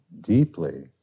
deeply